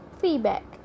feedback